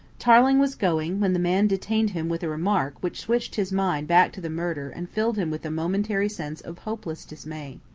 tarling was going, when the man detained him with a remark which switched his mind back to the murder and filled him with a momentary sense of hopeless dismay.